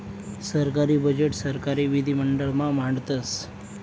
सरकारी बजेट सरकारी विधिमंडळ मा मांडतस